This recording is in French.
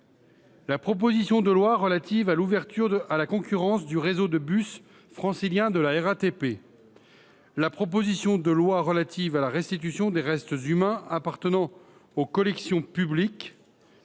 la proposition de loi relative à l’ouverture à la concurrence du réseau de bus francilien de la RATP, de la proposition de loi relative à la restitution des restes humains appartenant aux collections publiques